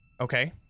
Okay